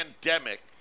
pandemic